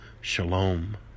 Shalom